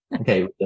Okay